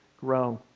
grow